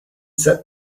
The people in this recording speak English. set